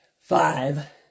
five